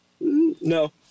No